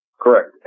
Correct